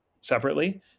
separately